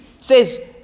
says